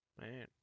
Man